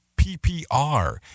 PPR